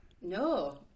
no